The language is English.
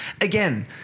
Again